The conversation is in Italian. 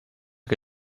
che